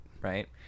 Right